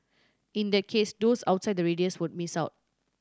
in that case those outside the radius would miss out